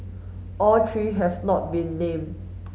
all three have not been named